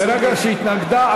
ברגע שהיא התנגדה,